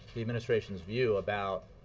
the administration's view about